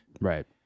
right